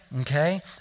okay